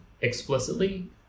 explicitly